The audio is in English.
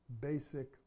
basic